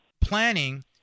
planning